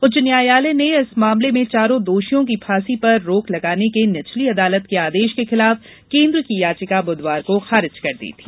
उच्च न्यायालय ने इस मामले में चारों दोषियों की फांसी पर रोक लगाने के निचली अदालत के आदेश के खिलाफ केन्द्र की याचिका बुधवार को खारिज कर दी थी